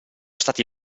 stati